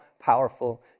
powerful